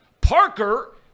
Parker